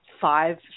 five